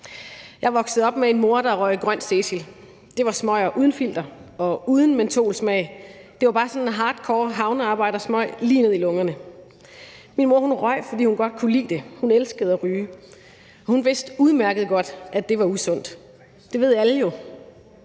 Jeg voksede op med en mor, der røg Grøn Cecil. Det var smøger uden filter og uden mentolsmag. Det var bare sådan en hardcore havnearbejdersmøg lige ned i lungerne. Min mor røg, fordi hun godt kunne lide det. Hun elskede at ryge. Hun vidste udmærket godt, at det var usundt. Det ved alle jo.